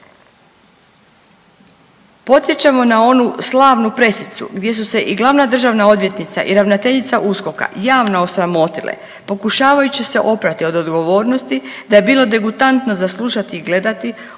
Podsjećamo na onu slavnu presicu gdje su se i glavna državna odvjetnica i ravnateljica USKOK javno osramotile pokušavajući se oprati od odgovornosti da je bilo degutantno za slušati i gledati